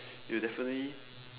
it'll definitely